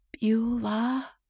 beulah